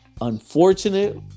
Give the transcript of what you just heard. Unfortunate